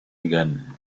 again